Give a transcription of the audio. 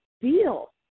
Deal